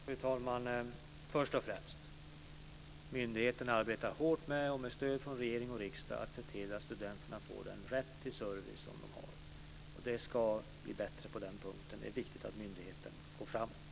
Fru talman! För det första: Myndigheten arbetar hårt och med stöd från regering och riksdag med att se till att studenterna får den rätt till service som de har. Det ska bli bättre på den punkten. Det är viktigt att myndigheten går framåt.